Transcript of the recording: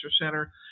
center